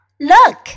Look